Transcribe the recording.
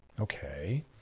okay